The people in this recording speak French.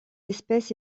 espèce